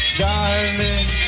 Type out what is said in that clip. darling